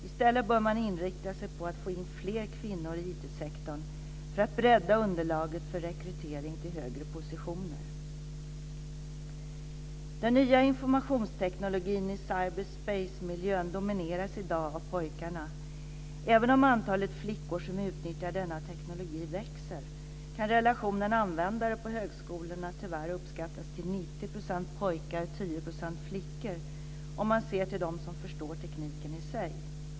I stället bör man inrikta sig på att få in fler kvinnor i IT-sektorn för att bredda underlaget för rekrytering till högre positioner. Denna nya informationsteknik i cyber spacemiljön domineras i dag av pojkarna. Även om antalet flickor som utnyttjar denna teknologi växer kan relationen användare på högskolorna tyvärr uppskattas till 90 % pojkar och 10 % flickor - om man ser till dem som förstår tekniken i sig.